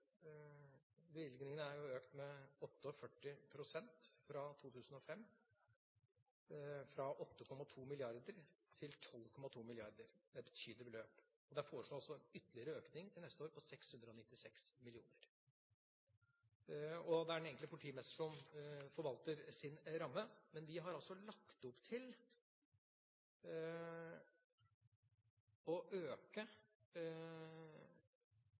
er økt med 48,8 pst. fra 2005 til 2011. Bevilgningen er økt fra 8,2 mrd. kr til 12,2 mrd. kr – det er et betydelig beløp – og det foreslås også en ytterligere økning til neste år på 696 mill. kr. Det er den enkelte politimester som forvalter sin ramme, men vi har altså lagt opp til å